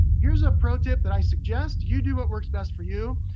here's a pro tip, that i suggest you do what works best for you,